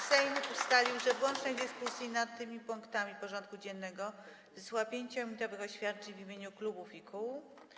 Sejm ustalił, że w łącznej dyskusji nad tymi punktami porządku dziennego wysłucha 5-minutowych oświadczeń w imieniu klubów i kół.